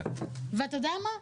ואתה יודע מה?